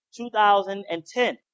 2010